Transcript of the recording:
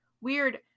weird